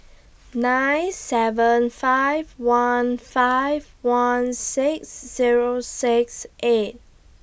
nine seven five one five one six Zero six eight